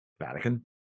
Vatican